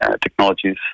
technologies